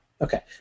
Okay